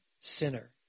sinner